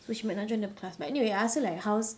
so she might not join the class but anyway I asked her like how's